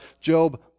Job